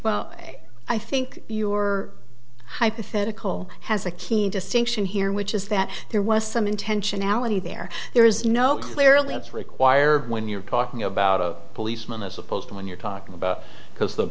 well i think your hypothetical has a key distinction here which is that there was some intentionality there there is no clearly that's required when you're talking about a policeman as opposed to when you're talking about because the